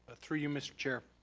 through you mr. chair,